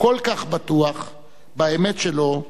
כל כך בטוח באמת שלו,